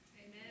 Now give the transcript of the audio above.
Amen